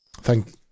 Thank